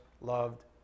loved